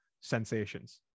sensations